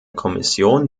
kommission